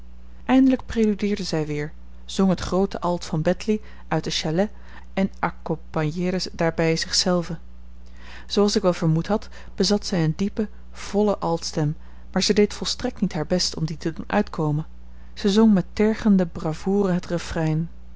eindelijk preludeerde zij weer zong het groote alt van betly uit de châlet en accompagneerde daarbij zich zelve zooals ik wel vermoed had bezat zij een diepe volle altstem maar zij deed volstrekt niet haar best om die te doen uitkomen zij zong met tergende bravoure